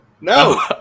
no